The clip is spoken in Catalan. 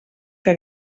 que